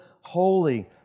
holy